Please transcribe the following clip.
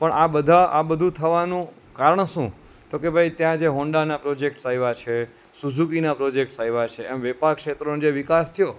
પણ આ બધા આ બધું થવાનું કારણ શું તો કે ભાઈ ત્યાં જે હોન્ડાના પ્રોજેક્ટ્સ આવ્યા છે સુઝુકીના પ્રોજેક્ટ્સ આવ્યા છે એમ વેપાર ક્ષેત્રનો જે વિકાસ થયો